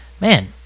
man –